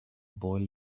boy